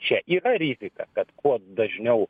čia yra rizika kad kuo dažniau